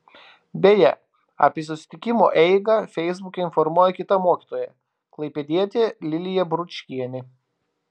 beje apie susitikimo eigą feisbuke informuoja kita mokytoja klaipėdietė lilija bručkienė